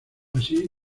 así